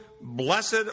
blessed